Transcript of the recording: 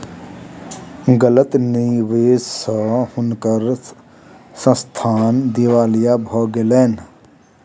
गलत निवेश स हुनकर संस्थान दिवालिया भ गेलैन